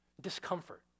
discomfort